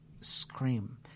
scream